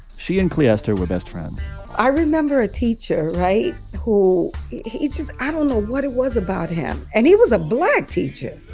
she and cleaster were best friends i remember a teacher right? who he just i don't know what it was about him. and he was a black teacher.